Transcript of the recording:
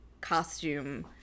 costume